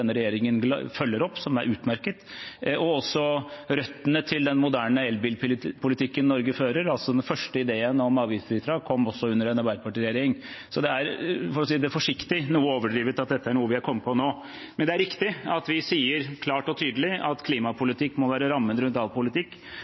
denne regjeringen følger opp, noe som er utmerket. Røttene til den moderne elbilpolitikken som Norge fører, altså den første ideen om avgiftsfritak, kom også under en Arbeiderparti-regjering. Det er, for å si det forsiktig, noe overdrevet at dette er noe vi har kommet på nå. Men det er riktig at vi sier klart og tydelig at klimapolitikk må være rammen rundt all politikk,